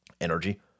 energy